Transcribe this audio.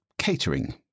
catering